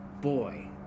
boy